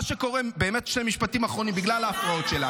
שני משפטים אחרונים בגלל ההפרעות שלה